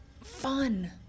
fun